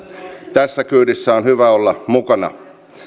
tässä kyydissä on hyvä olla mukana